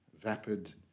vapid